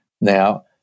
now